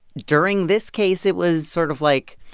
during this case, it was sort of like,